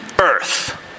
Earth